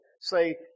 say